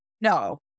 No